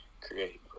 create